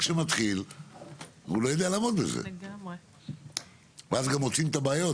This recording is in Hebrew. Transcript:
לחלק מסוגי העסקים יש פטור מלא או חלקי מלצרף תוכנית עסק,